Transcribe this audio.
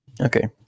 Okay